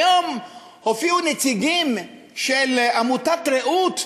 היום הופיעו נציגים של עמותת "רעות",